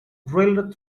drilled